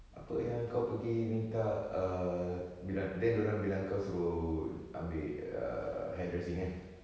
apa yang kau pergi minta err bidan then dia orang bilang engkau suruh ambil err hairdressing kan